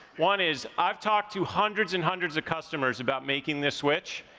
one is i've talked to hundreds and hundreds of customers about making this switch,